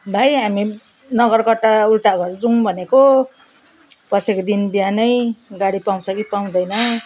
भाइ हामी नगरबाट उल्टा घर जाऊँ भनेको पर्सिको दिन बिहानै गाडी पाउँछ कि पाउँदैन